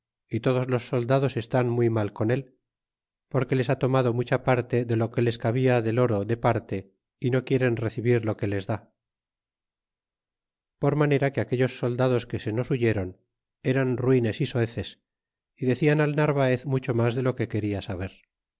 y todos los soldados están muy mal con él porque les ha tomado mucha parte de lo que les cabia del oro de parte é no quieren recibir lo que les da por manera que aquellos soldados que se nos huyeron eran ruines y soeces y decian al narvaez mucho mas de lo que queda saber